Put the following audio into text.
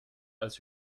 als